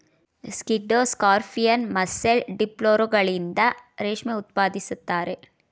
ಸ್ಕಿಡ್ಡೋ scorpion, mussel, ಡಿಪ್ಲುರಗಳಿಂದ ರೇಷ್ಮೆ ಉತ್ಪಾದಿಸುತ್ತಾರೆ